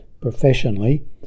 professionally